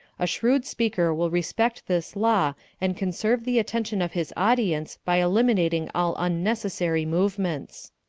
a shrewd speaker will respect this law and conserve the attention of his audience by eliminating all unnecessary movements.